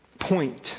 Point